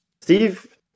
Steve